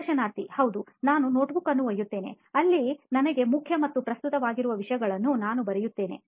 ಸಂದರ್ಶನಾರ್ಥಿ ಹೌದು ನಾನು ನೋಟ್ಬುಕ್ ಅನ್ನು ಒಯ್ಯುತ್ತೇನೆ ಅಲ್ಲಿ ನನಗೆ ಮುಖ್ಯ ಮತ್ತು ಪ್ರಸ್ತುತವಾಗಿರುವ ವಿಷಯವನ್ನು ನಾನು ಬರೆಯುತ್ತೇನೆ